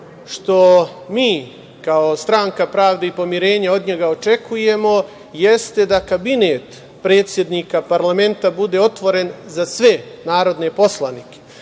što mi kao Stranka pravde i pomirenja od njega očekujemo jeste da Kabinet predsednika parlamenta bude otvoren za sve narodne poslanike,